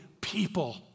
people